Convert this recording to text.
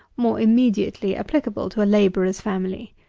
more immediately applicable to a labourer's family.